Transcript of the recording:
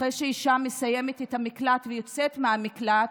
אחרי שאישה מסיימת את המקלט ויוצאת מהמקלט.